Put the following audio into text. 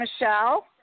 Michelle